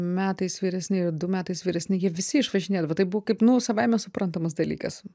metais vyresni ir du metais vyresni jie visi išvažinėdavo tai buvo kaip nu savaime suprantamas dalykas